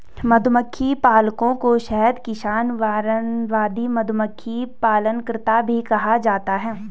मधुमक्खी पालकों को शहद किसान, वानरवादी, मधुमक्खी पालनकर्ता भी कहा जाता है